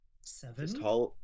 Seven